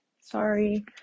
Sorry